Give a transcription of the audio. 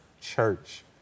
church